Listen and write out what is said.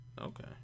Okay